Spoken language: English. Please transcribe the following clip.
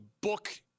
book